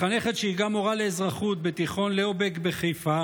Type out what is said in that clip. מחנכת שהיא גם מורה לאזרחות בתיכון ליאו בק בחיפה